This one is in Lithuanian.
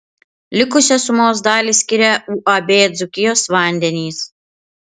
likusią sumos dalį skiria uab dzūkijos vandenys